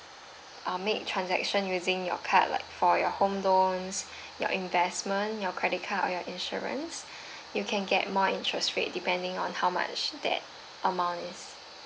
uh make transaction using your card like for your home loans your investment your credit card or your insurance you can get more interest rate depending on how much that amount is